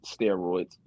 steroids